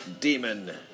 demon